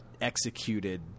executed